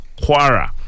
Quara